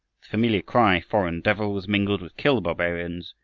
familiar cry, foreign devil, was mingled with kill the barbarian,